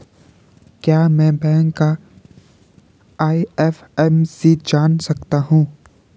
क्या मैं बैंक का आई.एफ.एम.सी जान सकता हूँ?